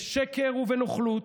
בשקר ובנוכלות,